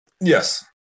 Yes